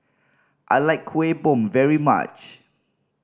I like Kuih Bom very much